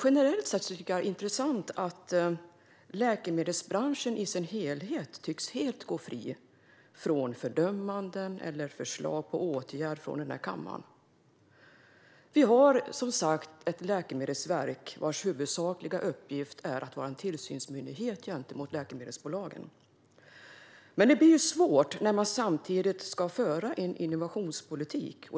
Generellt sett är det intressant att Läkemedelsbranschen i sin helhet tycks gå helt fri i denna kammare från fördömanden eller förslag på åtgärder. Läkemedelsverkets huvudsakliga uppgift är att vara en tillsynsmyndighet gentemot läkemedelsbolagen. Men det blir svårt när man samtidigt ska föra en innovationspolitik.